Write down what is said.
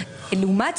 לעומת זאת,